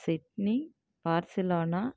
Sydney Barcelona